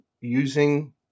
using –